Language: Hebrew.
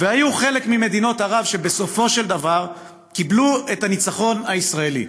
וחלק ממדינות ערב בסופו של דבר קיבלו את הניצחון הישראלי,